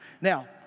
Now